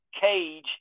cage